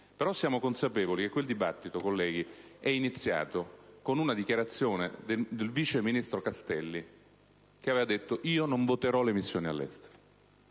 Però siamo consapevoli che quel dibattito, colleghi, è iniziato con una dichiarazione del vice ministro Castelli che aveva detto che non avrebbe votato